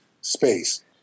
space